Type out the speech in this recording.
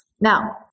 Now